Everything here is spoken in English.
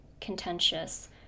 contentious